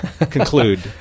conclude